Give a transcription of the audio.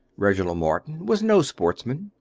reginald morton was no sportsman,